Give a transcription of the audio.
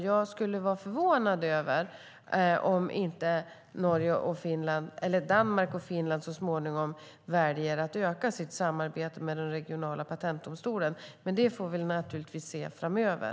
Jag skulle bli förvånad om inte Danmark och Finland så småningom väljer att öka sitt samarbete med den regionala patentdomstolen. Men det får vi naturligtvis se framöver.